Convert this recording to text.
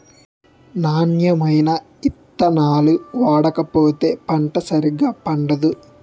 నాణ్యమైన ఇత్తనాలు ఓడకపోతే పంట సరిగా పండదు